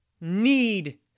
need